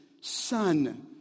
son